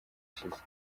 ishize